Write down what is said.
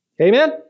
Amen